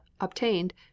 obtained